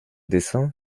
dessins